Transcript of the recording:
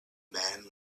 man